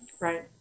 Right